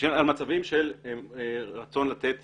מצבים של רצון לתת